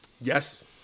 Yes